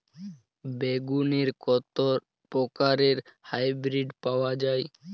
বেগুনের কত প্রকারের হাইব্রীড পাওয়া যায়?